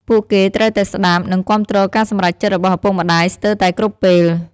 ពួកគេត្រូវតែស្ដាប់ និងគាំទ្រការសម្រេចចិត្តរបស់ឪពុកម្តាយស្ទើតែគ្រប់ពេល។